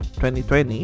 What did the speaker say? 2020